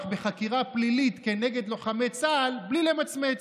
בחקירה פלילית כנגד לוחמי צה"ל בלי למצמץ.